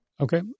Okay